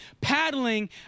paddling